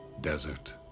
Desert